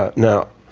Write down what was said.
ah now,